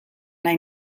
nahi